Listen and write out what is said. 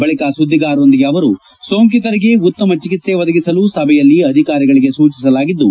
ಬಳಕ ಸುದ್ದಿಗಾರರೊಂದಿಗೆ ಮಾತನಾಡಿದ ಅವರು ಸೋಂಕಿತರಿಗೆ ಉತ್ತಮ ಚಿಕಿತ್ವೆ ಒದಗಿಸಲು ಸಭೆಯಲ್ಲಿ ಅಧಿಕಾರಿಗಳಿಗೆ ಸೂಚಿಸಲಾಗಿದ್ದು